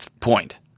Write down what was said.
point